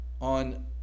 on